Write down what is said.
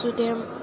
सुदेम